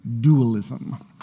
dualism